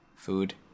Food